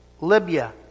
Libya